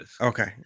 Okay